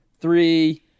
three